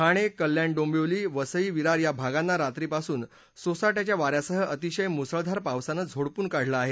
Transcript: ठाणे कल्याण डोंबिवली वसई विरार या भागांना रात्रीपासून सोसाट्याच्या वाऱ्यासह अतिशय मुसळधार पावसानं झोडपून काढलं आहे